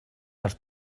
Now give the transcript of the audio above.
als